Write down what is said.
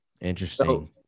Interesting